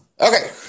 Okay